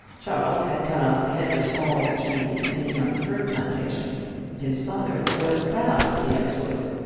charles had cut off the heads of all the trees in a young fir plantation his father was proud of the exploit.